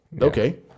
okay